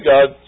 God